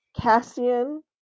Cassian